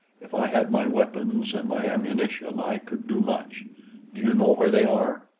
if i had my weapons and my ammunition, i could do much. do you know where they are?